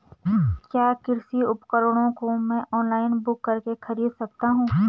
क्या कृषि उपकरणों को मैं ऑनलाइन बुक करके खरीद सकता हूँ?